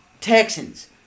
Texans